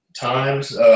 times